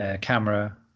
camera